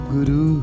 Guru